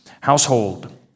household